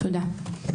תודה.